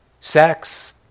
sex